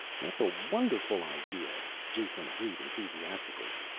that's a wonderful idea, jason agreed enthusiastically.